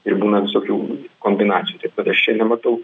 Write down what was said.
ir būna visokių kombinacijų taip kad aš čia nematau